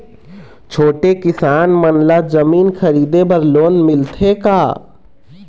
छोटे किसान मन ला जमीन खरीदे बर लोन मिलथे का?